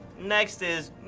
next is,